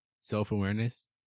self-awareness